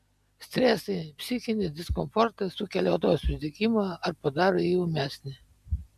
stresai psichinis diskomfortas sukelia odos uždegimą ar padaro jį ūmesnį